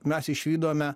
mes išvydome